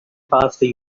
faster